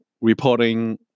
reporting